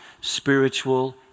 spiritual